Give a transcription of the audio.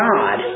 God